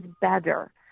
better